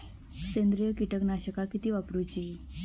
सेंद्रिय कीटकनाशका किती वापरूची?